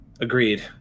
Agreed